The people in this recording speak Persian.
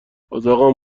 اتاقم